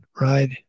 right